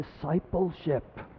discipleship